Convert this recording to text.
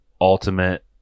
ultimate